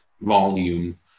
volume